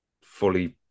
fully